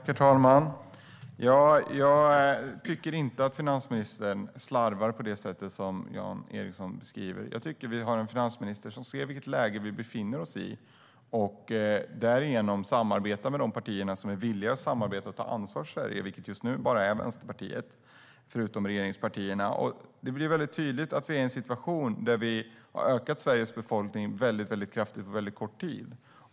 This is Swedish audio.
Herr talman! Jag tycker inte att finansministern slarvar på det sätt som Jan Ericson beskriver. Vi har en finansminister som ser vilket läge som vi befinner oss i och därigenom samarbetar hon med de partier som är villiga att samarbeta och ta ansvar - just nu är det bara Vänsterpartiet, förutom regeringspartierna. Det är tydligt att vi befinner oss i en situation där Sveriges befolkning har ökat väldigt kraftigt under väldigt kort tid.